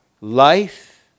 life